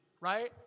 right